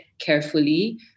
carefully